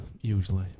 usually